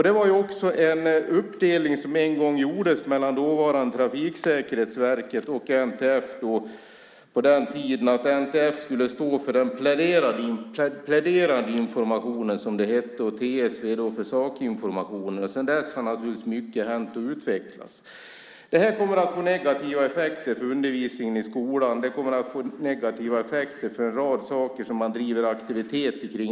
Det var en uppdelning som en gång gjordes mellan dåvarande Trafiksäkerhetsverket och NTF. NTF skulle då stå för den pläderande informationen, och TSV skulle stå för sakinformationen. Sedan dess har naturligtvis mycket hänt och utvecklats. Det här kommer att få negativa effekter för undervisningen i skolan. Det kommer att få negativa effekter för en rad andra saker där det drivs aktiviteter.